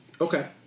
Okay